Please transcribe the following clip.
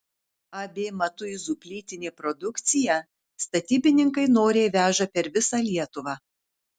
ab matuizų plytinė produkciją statybininkai noriai veža per visą lietuvą